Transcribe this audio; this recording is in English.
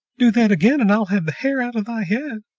do that again, and i'll have the hair out of thy head!